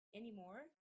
anymore